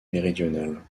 méridionales